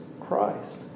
Christ